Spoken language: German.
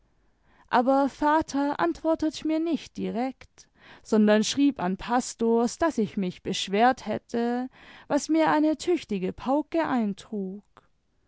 aber vater antwortet mir nicht direkt sondern schrieb an pastors daß ich mich beschwert hätte was mir eine tüchtige pauke eintrug